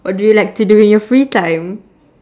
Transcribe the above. what do you like to do in your free time